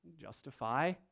justify